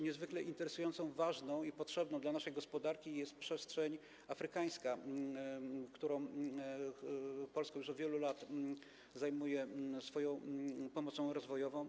Niezwykle interesująca, ważna i potrzebna naszej gospodarce jest przestrzeń afrykańska, którą Polska już od wielu lat obejmuje swoją pomocą rozwojową.